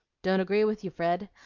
don't agree with you, fred.